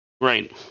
Right